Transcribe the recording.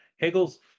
Hegel's